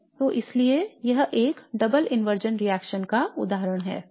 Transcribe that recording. तो इसलिए यह एक double inversion रिएक्शन का एक उदाहरण है